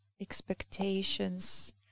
expectations